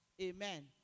Amen